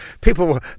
people